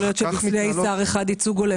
יכול להיות שבעיני שר אחד ייצוג הולם